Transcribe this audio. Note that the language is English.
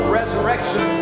resurrection